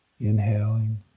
inhaling